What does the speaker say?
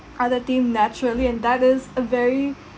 other team naturally and that is a very